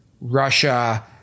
Russia